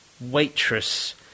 waitress